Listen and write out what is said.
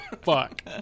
fuck